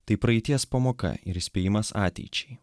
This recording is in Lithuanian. tai praeities pamoka ir įspėjimas ateičiai